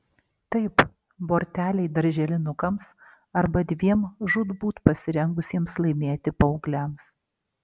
taip borteliai darželinukams arba dviem žūtbūt pasirengusiems laimėti paaugliams